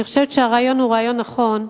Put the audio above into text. אני חושבת שהרעיון הוא רעיון נכון,